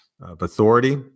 authority